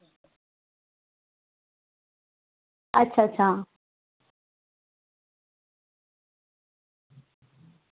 अच्छा अच्छा